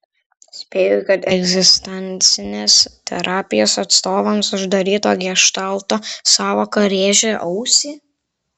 spėju kad egzistencinės terapijos atstovams uždaryto geštalto sąvoka rėžia ausį